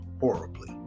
horribly